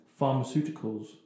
pharmaceuticals